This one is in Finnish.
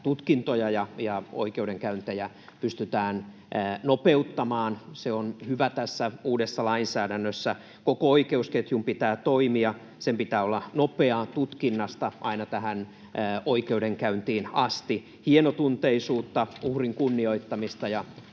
tutkintoja ja oikeudenkäyntejä pystytään nopeuttamaan. Se on hyvä tässä uudessa lainsäädännössä. Koko oikeusketjun pitää toimia, sen pitää olla nopeaa tutkinnasta aina oikeudenkäyntiin asti, hienotunteisuutta, uhrin kunnioittamista ja